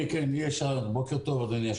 בוקר טוב.